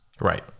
Right